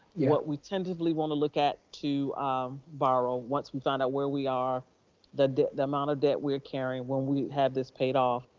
yeah what we tentatively want to look at, to borrow. once we find out where we are the the amount of debt we're carrying when we have this paid off.